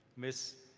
ms.